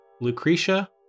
Lucretia